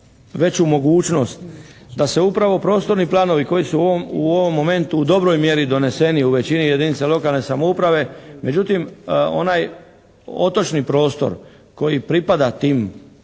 veću mogućnost da se upravo prostorni planovi koji su u ovom momentu u dobroj mjeri doneseni u većini jedinica lokalne samouprave, međutim, onaj otočni prostor koji pripada tim